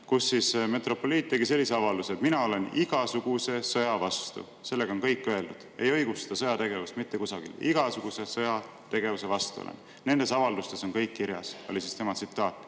kus metropoliit tegi sellise avalduse: "Mina olen igasuguse sõja vastu." Sellega on kõik öeldud. Ei õigusta sõjategevust mitte kusagil, igasuguse sõjategevuse vastu. "Nendes avaldustes on kõik kirjas." See on tema tsitaat.